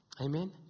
Amen